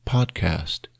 Podcast